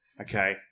Okay